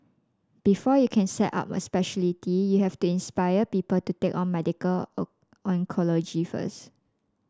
before you can set up a speciality you have to inspire people to take on medical oncology first